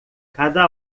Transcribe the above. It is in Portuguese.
cada